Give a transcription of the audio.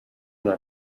una